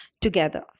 together